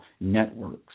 networks